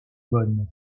bonne